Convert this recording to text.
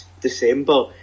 December